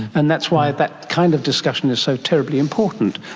and that's why that kind of discussion is so terribly important.